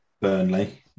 Burnley